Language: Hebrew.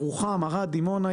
ערד ודימונה,